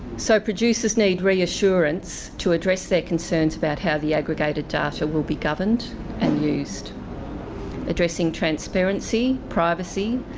so, producers need reassurance to address their concerns about how the aggregated data will be governed and used addressing transparency, privacy,